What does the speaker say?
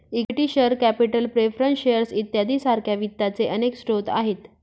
equity share capital preference shares इत्यादी सारख्या वित्ताचे अनेक स्रोत आहेत